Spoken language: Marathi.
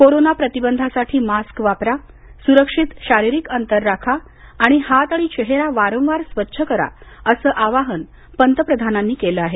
कोरोना प्रतिबंधासाठी मास्क वापरा सुरक्षित शारीरिक अंतर राखा आणि हात आणि चेहरा वारंवार स्वच्छ करा असं आवाहन पंतप्रधानांनी केलं आहे